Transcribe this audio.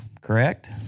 Correct